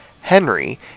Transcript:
henry